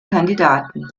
kandidaten